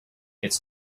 its